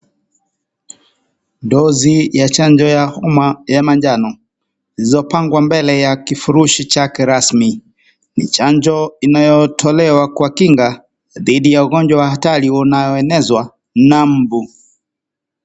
Dosi ya chanjo ya homa ya manjano. zilizo pangwa mbele ya kifurushi chake rasmi. Chanjo inayotolewa kwa kinga, didi ya ugonjwa hatari unaoenezwa na mbu.